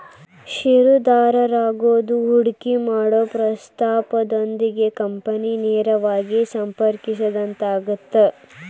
ಷೇರುದಾರರಾಗೋದು ಹೂಡಿಕಿ ಮಾಡೊ ಪ್ರಸ್ತಾಪದೊಂದಿಗೆ ಕಂಪನಿನ ನೇರವಾಗಿ ಸಂಪರ್ಕಿಸಿದಂಗಾಗತ್ತ